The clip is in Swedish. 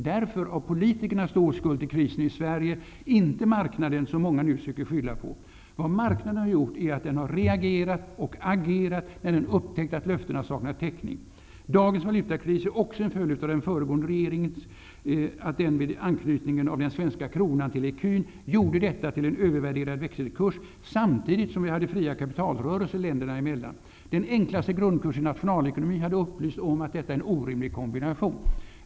Därför har politikerna stor skuld till ''Krisen i Sverige'', inte marknaden, som många nu söker skylla på. Vad marknaden har gjort är att den har reagerat och agerat när den har upptäckt att löftena saknat täckning. Dagens valutakris är också en följd av att den föregående regeringen, vid anknytningen av den svenska kronan till ecun, gjorde detta till en övervärderad växelkurs samtidigt som vi hade fria kapitalrörelser länderna emellan. Den enklaste grundkurs i nationalekonomi hade upplyst om att detta är en orimlig kombination.